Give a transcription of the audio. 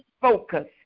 focus